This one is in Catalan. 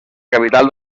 capital